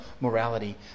morality